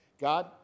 god